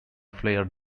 flare